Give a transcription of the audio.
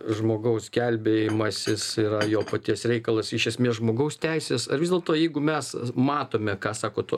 žmogaus gelbėjimasis yra jo paties reikalas iš esmės žmogaus teisės ar vis dėlto jeigu mes matome ką sako to